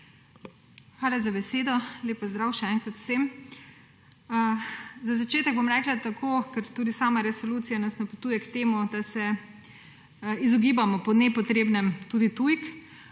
Hvala za besedo. Lep pozdrav še enkrat vsem! Za začetek bom rekla tako, ker tudi sama resolucija nas napotuje k temu, da se izogibamo po nepotrebnem tudi tujk.